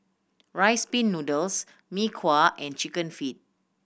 Rice Pin Noodles Mee Kuah and Chicken Feet